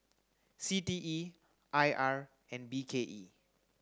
C T E I R and B K E